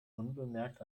unbemerkt